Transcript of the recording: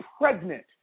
pregnant